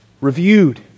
reviewed